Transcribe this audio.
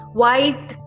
white